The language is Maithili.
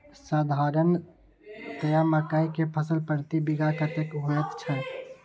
साधारणतया मकई के फसल प्रति बीघा कतेक होयत छै?